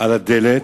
על הדלת,